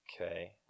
Okay